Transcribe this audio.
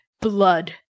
Blood